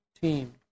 team